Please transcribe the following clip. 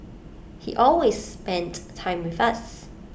he always spent time with us